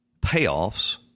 payoffs